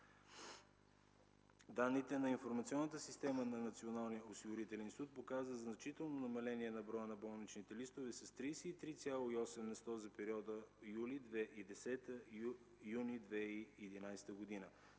Данните на информационната система на Националния осигурителен институт показват значително намаление в броя на болничните листове с 33,8 на сто за периода юли 2010 – юни 2011 г.